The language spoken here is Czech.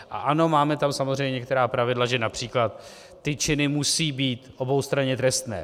A ano, máme tam samozřejmě některá pravidla, že například ty činy musí být oboustranně trestné.